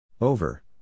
Over